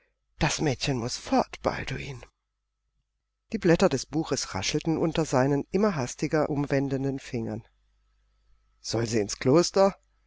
das mädchen muß fort balduin die blätter des buches raschelten unter seinen immer hastiger umwendenden fingern soll sie ins kloster